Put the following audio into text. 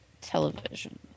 television